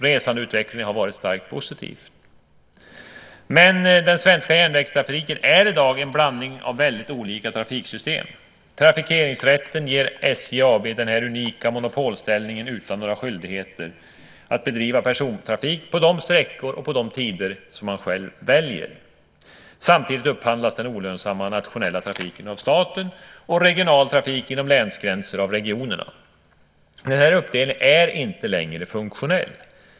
Resandeutvecklingen har varit starkt positiv. Men den svenska järnvägstrafiken är i dag en blandning av väldigt olika trafiksystem. Trafikeringsrätten ger SJ AB en unik monopolställning utan några skyldigheter att bedriva persontrafik på de sträckor och på de tider som man själv väljer. Samtidigt upphandlas den olönsamma nationella trafiken av staten och regional trafik inom länsgränser av regionerna. Den här uppdelningen är inte längre funktionell.